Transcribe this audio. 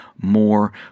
more